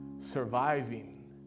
surviving